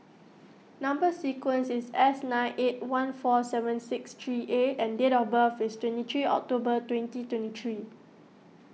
Number Sequence is S nine eight one four seven six three A and date of birth is twenty three October twenty twenty three